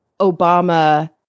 Obama